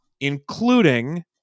including